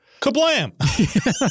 Kablam